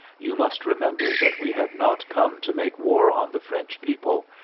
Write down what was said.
you must remember that we have not come to make war on the french people,